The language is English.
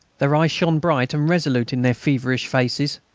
their eyes shone bright and resolute in their feverish faces.